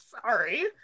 Sorry